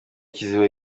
kiziba